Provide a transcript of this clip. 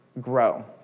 grow